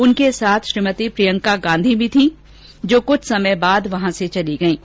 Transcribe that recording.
उनके साथ श्रीमती प्रियंका गांधी भी थी जो कुछ समय बाद वहां से चली गयीं